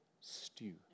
stew